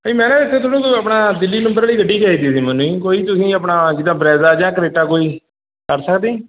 ਭਾਅ ਜੀ ਮੈਂ ਨਾ ਇੱਥੇ ਤੁਹਾਡੇ ਕੋਲ਼ ਆਪਣਾ ਦਿੱਲੀ ਨੰਬਰ ਆਲੀ ਗੱਡੀ ਚਾਹੀਦੀ ਸੀ ਮੈਨੂੰ ਜੀ ਕੋਈ ਤੁਸੀਂ ਆਪਣਾ ਜਿੱਦਾਂ ਬਰੈਜਾ ਜਾਂ ਕਰੇਟਾ ਕੋਈ ਦੱਸ ਸਕਦੇ ਹੈ ਜੀ